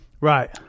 Right